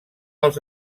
els